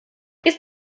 ist